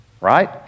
right